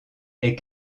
est